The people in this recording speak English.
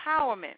empowerment